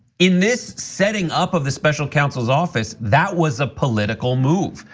in this setting up of the special counsel's office, that was a political move,